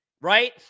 right